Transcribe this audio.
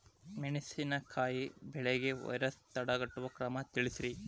ಮೆಣಸಿನಕಾಯಿ ಬೆಳೆಗೆ ವೈರಸ್ ತಡೆಗಟ್ಟುವ ಕ್ರಮ ತಿಳಸ್ರಿ